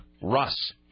Russ